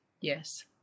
yes